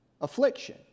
affliction